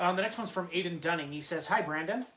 um the next one's from aidan dunning. he says, hi, brandon.